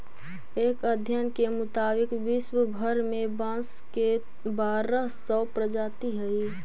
एक अध्ययन के मुताबिक विश्व भर में बाँस के बारह सौ प्रजाति हइ